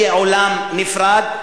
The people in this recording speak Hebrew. היא עולם נפרד,